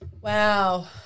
Wow